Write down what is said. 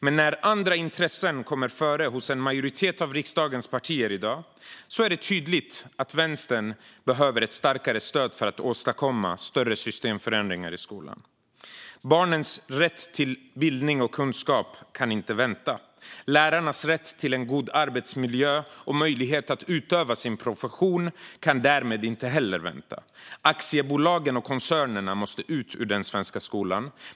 Men när andra intressen kommer före hos en majoritet av riksdagens partier i dag är det tydligt att Vänstern behöver ett starkare stöd för att åstadkomma större systemförändringar i skolan. Barnens rätt till bildning och kunskap kan inte vänta. Lärarnas rätt till en god arbetsmiljö och möjlighet att utöva sin profession kan därmed inte heller vänta. Aktiebolagen och koncernerna måste ut ur den svenska skolan.